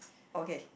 okay